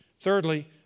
Thirdly